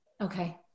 Okay